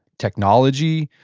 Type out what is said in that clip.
technology,